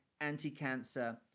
anti-cancer